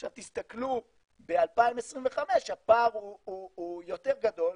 עכשיו תסתכלו ב-2025 הפער הוא יותר גדול.